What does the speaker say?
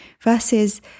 versus